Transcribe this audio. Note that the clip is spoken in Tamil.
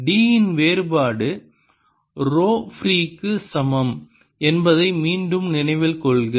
D இன் வேறுபாடு ரோ ஃப்ரீ க்கு சமம் என்பதை மீண்டும் நினைவில் கொள்க